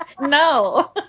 no